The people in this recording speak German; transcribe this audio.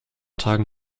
tagen